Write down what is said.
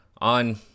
on